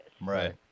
Right